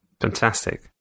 Fantastic